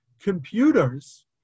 computers